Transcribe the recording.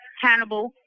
Hannibal